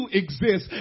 exist